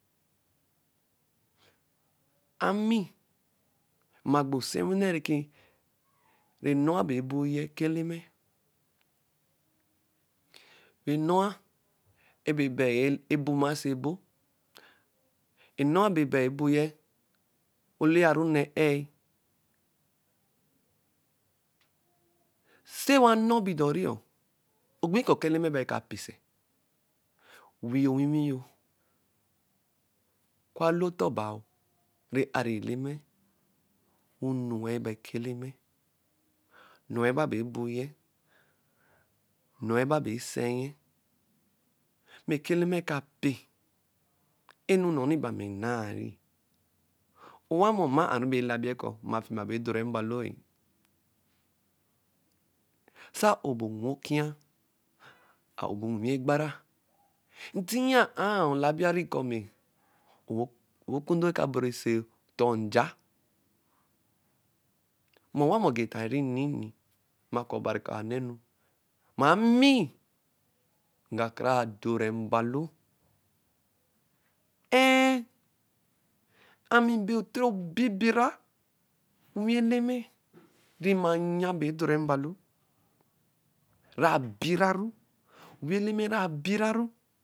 Ami. mmaa gbo nsewinɛ nɛkɛ rɛ-nɔia bẹ buiyɛ ɛka Eleme. Rɛ-nɔ’a nɛ ebai ɛbuma-a oso ebo. Nɛ-nɔ’a bɛ bai-buiyɛ oleã rɔ ɔnɛ-ɛɛi. Sɛ rɛ wanɔ ebɔdɔ niɔ, ogbi kɔ ɛka Eleme bai ka pẹ sɛ?. Wii wiwi yo, oku alu ɔtɔɔr baa rɛ a’ri Eleme wɛ nɔe ba ɛka Eleme. Nɔ-e ba bɛ a-ba ebui. No-e ba bɛ ebui, nɔ-e ba bɛ e-sɛn, mɛ ẹka Eleme ka pɛ. Ɛnunɔni bara ami nna-ri. Wamɔ, neba a-ru elabie kɔ mmafima bɛ edorɛ mbalo-e sɛ a-o bɛ onwi okwia, a-o bẹ onwi gbara, tɔn nya-a, elabi-ari kɔ onwi okundo aka bari ɔsɔ ɔtɔɔ nja. Mɛ owamɔ egeta ri nini mma ka obari kɔ ananɛ mɛ ami nga kara dore mbalo. Err, ami mbɛ toro abibira onwi Eleme rɛ ma ya bɛ eforɛ mbalo ra biraru, onwi Eleme ra-biraru.